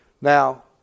Now